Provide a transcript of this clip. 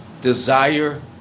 desire